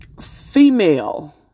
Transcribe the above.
female